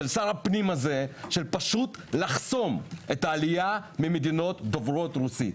של שר הפנים הזה של לחסום את העלייה ממדינות דוברות רוסית.